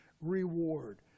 reward